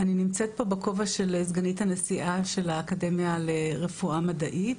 אני נמצאת פה בכובע של סגנית הנשיאה של האקדמיה לרפואה מדעית.